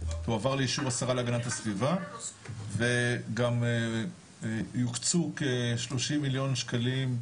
תועבר לאישור השרה להגנת הסביבה וגם יוקצו כ-30 מיליון שקלים.